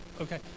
okay